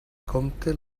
compte